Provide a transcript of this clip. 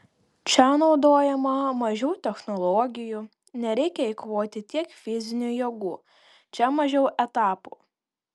čia naudojama mažiau technologijų nereikia eikvoti tiek fizinių jėgų čia mažiau etapų